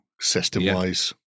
system-wise